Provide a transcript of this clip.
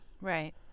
Right